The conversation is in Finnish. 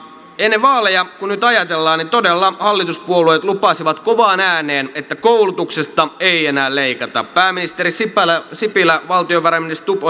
ennen vaaleja kun nyt ajatellaan todella hallituspuolueet lupasivat kovaan ääneen että koulutuksesta ei enää leikata pääministeri sipilä sipilä ja valtiovarainministeri stubb